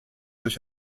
durch